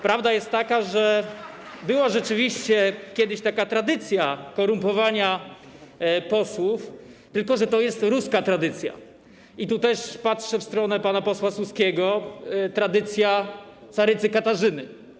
Prawda jest taka, że rzeczywiście była kiedyś taka tradycja korumpowania posłów, tylko że to jest ruska tradycja, tu też patrzę w stronę pana posła Suskiego, tradycja carycy Katarzyny.